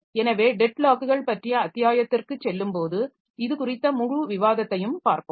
எனவே டெட்லாக்குகள் பற்றிய அத்தியாயத்திற்குச் செல்லும்போது இது குறித்த முழு விவாதத்தையும் பார்ப்போம்